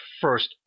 first